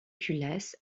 culasse